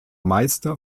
meister